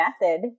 method